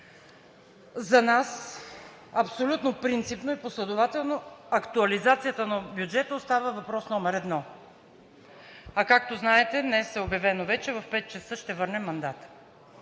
За нас абсолютно принципно и последователно актуализацията на бюджета остава въпрос № 1, а както знаете, вече е обявено – в 17,00 ч. ще върнем мандата.